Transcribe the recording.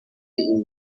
این